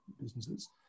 businesses